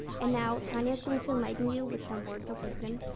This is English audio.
and now, tania's going to enlighten you with some words of wisdom.